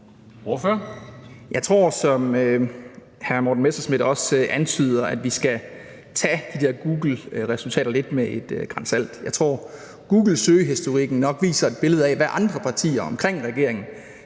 Jeg tror, som hr. Morten Messerschmidt også antyder, at vi skal tage de der Googleresultater lidt med et gran salt. Jeg tror, at googlesøgehistorikken nok viser et billede af, hvad andre partier omkring regeringen